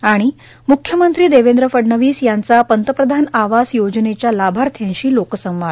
आणि म्ख्यमंत्री देवेंद्र फडणवीस यांचा पंतप्रधान आवास योजनेच्या लाभाथ्र्यांशी लोकसंवाद